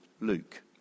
Luke